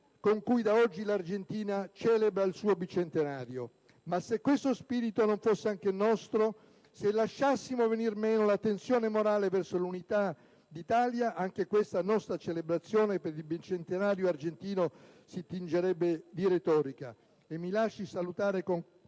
con cui da oggi l'Argentina celebra il suo bicentenario. Ma se questo spirito non fosse anche il nostro, se lasciassimo venir meno la tensione morale verso l'Unità d'Italia, anche questa nostra celebrazione per il bicentenario argentino si tingerebbero di retorica. Signor Presidente,